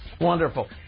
Wonderful